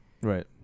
Right